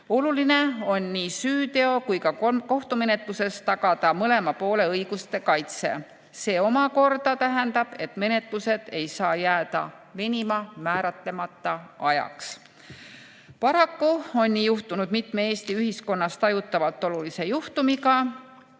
Oluline on nii süüteo- kui ka kohtumenetluses tagada mõlema poole õiguste kaitse. See omakorda tähendab, et menetlused ei saa jääda venima määratlemata ajaks. Paraku on nii juhtunud mitme Eesti ühiskonnas tajutavalt olulise juhtumiga.